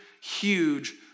huge